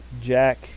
Jack